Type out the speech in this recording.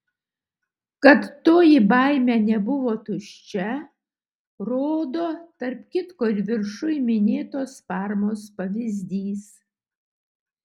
kad toji baimė nebuvo tuščia rodo tarp kitko ir viršuj minėtos parmos pavyzdys